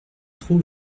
trop